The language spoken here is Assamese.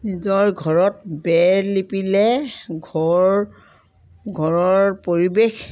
নিজৰ ঘৰত বেৰ লিপিলে ঘৰ ঘৰৰ পৰিৱেশ